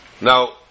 Now